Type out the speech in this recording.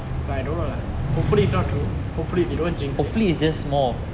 so I don't know lah hopefully is not true hopefully they don't jinx it